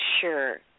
sure